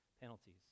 penalties